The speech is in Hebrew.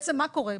מה קורה?